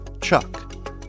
Chuck